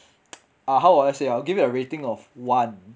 ah how would I say uh I will give it a rating of one